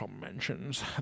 mentions